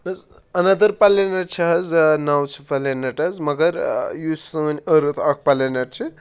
حظ اَنَ ادَر پَلینَٹ چھِ حظ نَوچھِ پَلینَٹ مَگر یُس سٲنۍ أرٕتھ اَکھ پَلینَٹ چھِ